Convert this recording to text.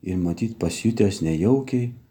ir matyt pasijutęs nejaukiai